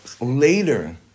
later